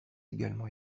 également